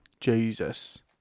Jesus